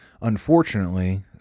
unfortunately